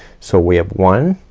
so we have one